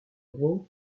rowe